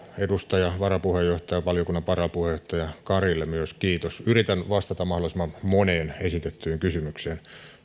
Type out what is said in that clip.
edustaja valiokunnan varapuheenjohtaja karille myös kiitos yritän vastata mahdollisimman moneen esitettyyn kysymykseen